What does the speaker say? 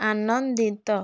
ଆନନ୍ଦିତ